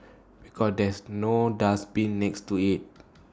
because there's no dustbin next to IT